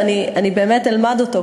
ואני באמת אלמד אותו,